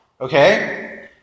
okay